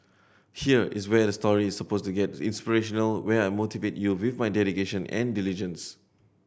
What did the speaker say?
here is where the story is suppose to get inspirational where I motivate you with dedication and diligence